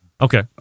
Okay